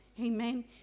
Amen